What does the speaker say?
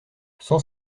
cent